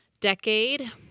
decade